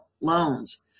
loans